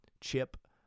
chip